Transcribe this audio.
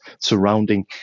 surrounding